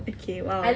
okay !wow!